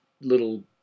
little